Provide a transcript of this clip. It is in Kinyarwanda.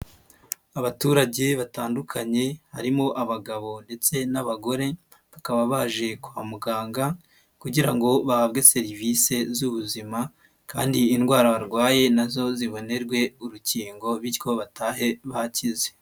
Abaturage batandukanye harimo abagabo ndetse n'abagore, bakaba baje kwa muganga kugira ngo bahabwe serivisi z'ubuzima kandi indwara barwaye na zo zibonerwe urukingo bityo batahe bakize.